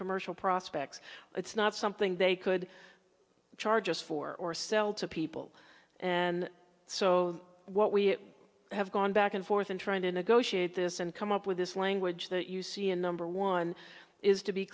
commercial prospects it's not something they could charge us for or sell to people and so what we have gone back and forth in trying to negotiate this and come up with this language that you see a number one is to be